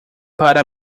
para